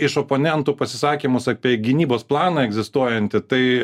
iš oponentų pasisakymus apie gynybos planą egzistuojantį tai